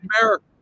america